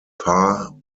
par